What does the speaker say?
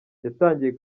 yatangiye